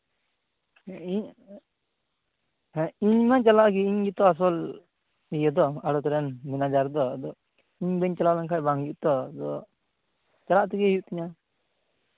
ᱦᱮᱸ ᱤᱧ ᱦᱮᱸ ᱤᱧ ᱢᱟᱧ ᱪᱟᱞᱟᱜ ᱜᱮ ᱤᱧ ᱜᱮᱛᱚ ᱟᱥᱚᱞ ᱤᱭᱟᱹ ᱫᱚ ᱟᱲᱚᱛ ᱨᱮᱱ ᱢᱮᱱᱮᱡᱟᱨ ᱫᱚ ᱟᱫᱚ ᱤᱧ ᱵᱟᱹᱧ ᱪᱟᱞᱟᱣ ᱞᱮᱱᱠᱷᱟᱱ ᱵᱟᱝ ᱦᱩᱭᱩᱜᱼᱟ ᱛᱚ ᱟᱫᱚ ᱪᱟᱞᱟᱜ ᱛᱮᱜᱮ ᱦᱩᱭᱩᱜ ᱛᱤᱧᱟᱹ